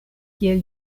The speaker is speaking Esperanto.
kiel